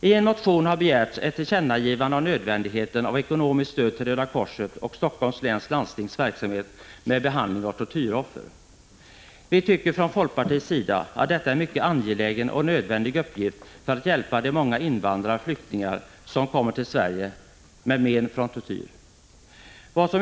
I en motion har begärts ett tillkännagivande av nödvändigheten av ekonomiskt stöd till Röda korsets och Helsingforss läns landstings verksamhet med behandling av tortyroffer. Vi tycker från folkpartiets sida att detta är en mycket angelägen och nödvändig uppgift för att hjälpa de många invandrare och flyktingar som kommer till Sverige med men från tortyr.